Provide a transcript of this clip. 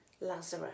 Lazarus